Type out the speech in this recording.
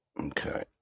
Okay